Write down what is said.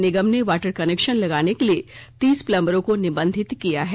निगम ने water connection लगाने के लिए तीस पलंबरों को निबंधित किया है